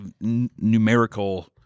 numerical